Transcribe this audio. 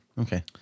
Okay